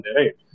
right